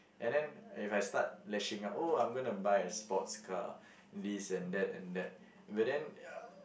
and then if I start lashing out oh I'm gonna buy a sports car this and that and that but then ya